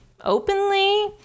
openly